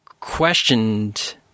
questioned